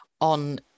on